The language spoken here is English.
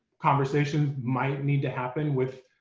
conversations might need to happen with